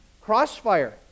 Crossfire